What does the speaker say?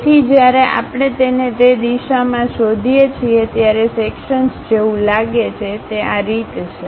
તેથી જ્યારે આપણે તેને તે દિશામાં શોધીએ છીએ ત્યારે સેક્શન્સ જેવું લાગે છે તે આ રીતે છે